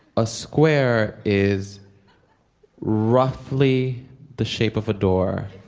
a square is roughly the shape of a door.